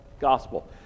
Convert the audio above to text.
gospel